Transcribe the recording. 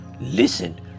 Listen